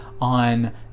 on